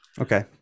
Okay